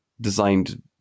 designed